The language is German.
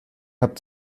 habt